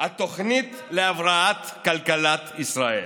התוכנית להבראת כלכלת ישראל.